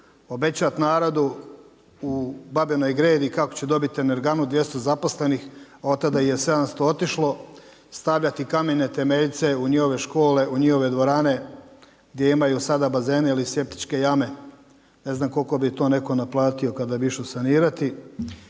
obećat narodu u Babinoj Gredi kako će dobiti energanu 200 zaposlenih, a od tada ih je 700 otišlo, stavljati kamene temeljce u njihove škole u njihove dvorane gdje imaju sada bazene ili septičke jame. Ne znam koliko bi to neko naplatio kada bi išao sanirati.